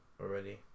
already